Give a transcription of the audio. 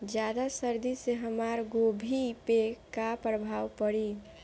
ज्यादा सर्दी से हमार गोभी पे का प्रभाव पड़ी?